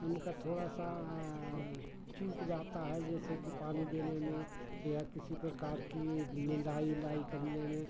उनका थोड़ा सा चूक जाता है जैसे कि पानी देने में या किसी प्रकार की निंदाई इंदाई करने में